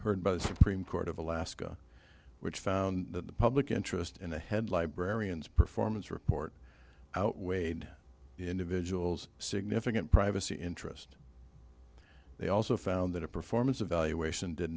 heard by the supreme court of alaska which found that the public interest in the head librarians performance report outweighed the individual's significant privacy interests they also found that a performance evaluation did